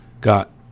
got